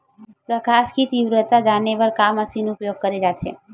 प्रकाश कि तीव्रता जाने बर का मशीन उपयोग करे जाथे?